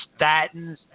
statins